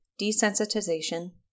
desensitization